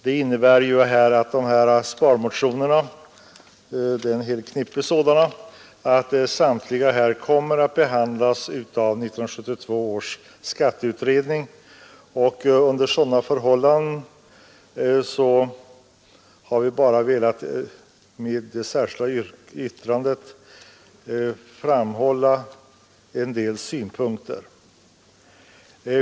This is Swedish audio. Det innebär att samtliga sparmotioner — det är ett helt knippe sådana — kommer att behandlas av 1972 års skatteutredning. Med vårt särskilda yttrande har vi bara velat anföra en del synpunkter.